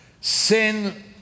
Sin